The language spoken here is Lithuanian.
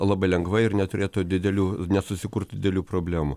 labai lengvai ir neturėtų didelių nesusikurti didelių problemų